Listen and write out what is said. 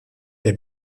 der